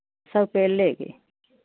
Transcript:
सौ पेड़ लेंगे